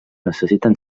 necessiten